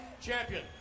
champion